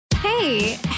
Hey